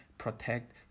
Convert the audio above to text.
protect